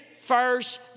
first